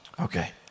Okay